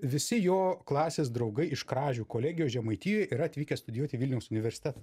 visi jo klasės draugai iš kražių kolegijos žemaitijoj yra atvykę studijuoti į vilniaus universitetą